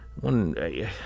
One